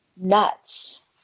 nuts